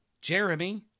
Jeremy